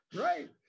Right